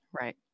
right